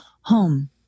home